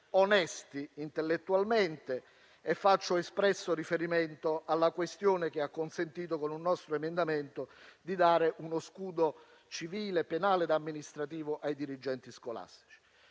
onesti intellettualmente. Faccio espresso riferimento alla questione che ha consentito, con un nostro emendamento, di dare uno scudo, civile, penale ed amministrativo ai dirigenti scolastici.